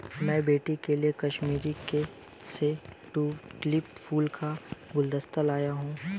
मैं बेटी के लिए कश्मीर से ट्यूलिप फूलों का गुलदस्ता लाया हुं